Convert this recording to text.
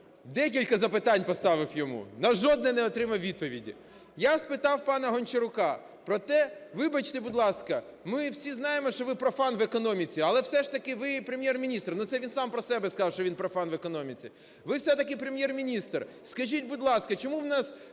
декілька запитань поставив йому – на жодне не отримав відповіді! Я спитав пана Гончарука про те, вибачте, будь ласка, ми всі знаємо, що ви – профан в економіці, але все ж таки ви – Прем'єр-міністр. Ну, це він сам про себе сказав, що він – профан в економіці. Ви все-таки Прем'єр-міністр, скажіть, будь ласка, чому в нас